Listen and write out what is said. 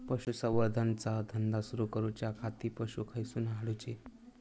पशुसंवर्धन चा धंदा सुरू करूच्या खाती पशू खईसून हाडूचे?